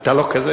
אתה לא כזה.